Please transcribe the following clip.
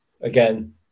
Again